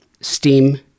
Steam